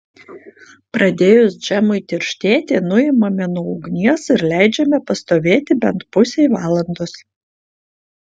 pradėjus džemui tirštėti nuimame nuo ugnies ir leidžiame pastovėti bent pusei valandos